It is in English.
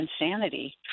insanity